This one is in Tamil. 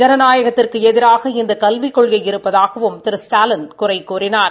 ஜனநாயகத்துக்கு எதிராக இந்த கல்விக் கொள்கை இருப்பதாகவும் திரு ஸ்டாலின் குறை கூறினார்